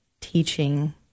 teaching